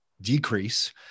decrease